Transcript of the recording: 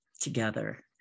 together